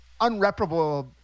unreparable